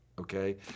Okay